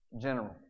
general